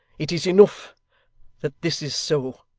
it is enough that this is so,